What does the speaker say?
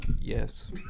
Yes